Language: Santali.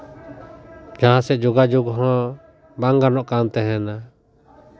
ᱡᱟᱦᱟᱸ ᱥᱮᱫ ᱡᱳᱜᱟᱡᱳᱜᱽ ᱦᱚᱸ ᱵᱟᱝ ᱜᱟᱱᱚᱜ ᱠᱟᱱ ᱛᱟᱦᱮᱸᱱᱟ